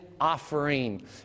offering